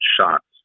shots